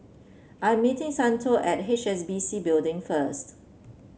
I am meeting Santo at H S B C Building first